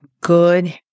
good